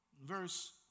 Verse